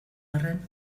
arren